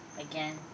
again